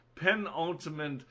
penultimate